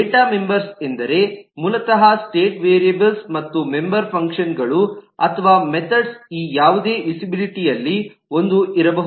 data members ಎಂದರೆ ಮೂಲತಃ state variables ಮತ್ತು ಮೆಂಬರ್ ಫಂಕ್ಷನ್ ಗಳು ಅಥವಾ ಮೆಥೆಡ್ಸ್ ಈ ಯಾವುದೇ ವಿಸಿಬಿಲಿಟಿಅಲ್ಲಿ ಒಂದು ಇರಬಹುದು